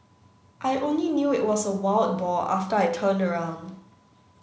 I only knew it was a wild boar after I turned around